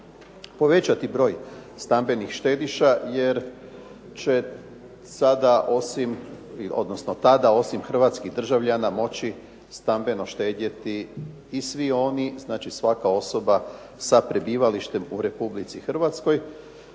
povećati broj stambenih štediša, jer tada osim hrvatskih državljana moći stambeno štedjeti i svi oni, znači svaka osoba sa prebivalištem u Republici Hrvatskoj,